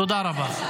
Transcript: תודה רבה.